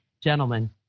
Gentlemen